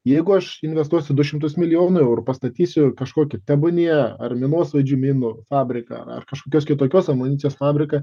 jeigu aš investuosiu du šimtus milijonų eurų pastatysiu kažkokį tebūnie ar minosvaidžių minų fabriką ar kažkokios kitokios amunicijos fabriką